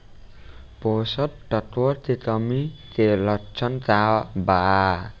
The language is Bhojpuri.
पोषक तत्व के कमी के लक्षण का वा?